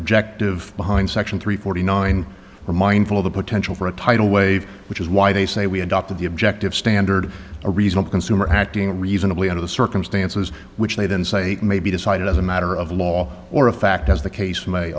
objective behind section three forty nine are mindful of the potential for a tidal wave which is why they say we adopted the objective standard a reasonable consumer acting reasonably under the circumstances which they then say may be decided as a matter of law or of fact as the case may